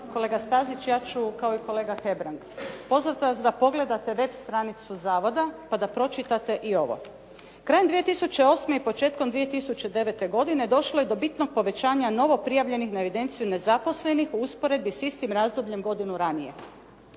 Kolega Stazić, ja ću kao i kolega Hebrang pozvat vas da pogledat web stranicu zavoda pa da pročitate i ovo. "Krajem 2008. i početkom 2009. godine došlo je do bitnog povećanja novoprijavljenih na evidenciju nezaposlenih u usporedbi s istim razdobljem godinu ranije.